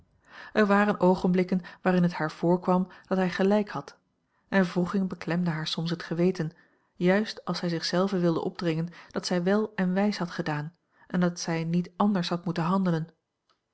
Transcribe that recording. er waren oogenblikken waarin het haar voorkwam dat hij gelijk had en wroeging beklemde haar soms het geweten juist als zij zich zelve wilde opdringen dat zij wel en wijs had gedaan en dat zij niet anders had moeten handelen